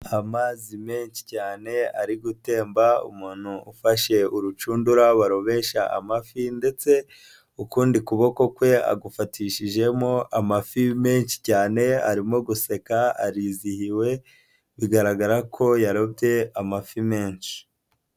Amazi menshi cyane ari gutemba, umuntu ufashe urucundura barubeshya amafi ndetse ukundi kuboko kwe agufatishijemo amafi menshi cyane, arimo guseka, arizihiwe, bigaragara ko yarobye amafi menshi.